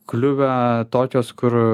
kliuvę tokios kur